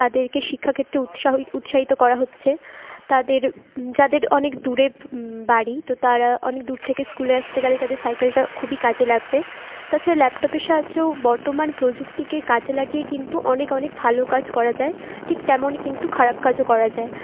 তাদেরকে শিক্ষা ক্ষেত্রে উৎসাহই উৎসাহিত করা হচ্ছে তাদের যাদের অনেক দূরে বাড়ি তো তারা অনেক দূর থেকে স্কুলে আসতে গেলে তাদের সাইকেলটা খুবই কাজে লাগবে তাছাড়া ল্যাপটপের সাহায্যেও বর্তমান প্রযুক্তিকে কাজে লাগিয়ে কিন্তু অনেক অনেক ভালো কাজ করা যায় ঠিক তেমন কিন্তু খারাপ কাজও করা যায়